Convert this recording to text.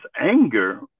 anger